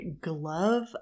glove